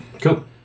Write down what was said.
Cool